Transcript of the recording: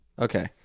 okay